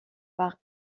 par